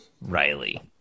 Riley